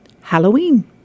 Halloween